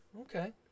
Okay